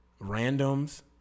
Randoms